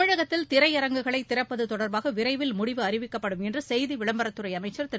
தமிழகத்தில் திரையரங்குகளை திறப்பது தொடர்பாக விரைவில் முடிவு அறிவிக்கப்படும் என்று செய்தித் விளம்பரத்துறை அமைச்சர் திரு